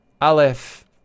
Aleph